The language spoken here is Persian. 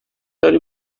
داری